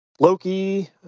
Loki